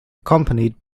accompanied